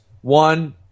one